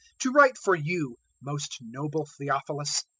to write for you, most noble theophilus,